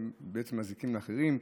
הם בעצם מזיקים לאחרים,